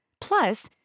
Plus